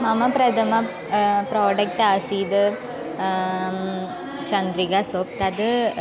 मम प्रथम प्रोडक्ट् आसीद् चन्द्रिका सोप् तद्